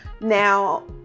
Now